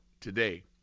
today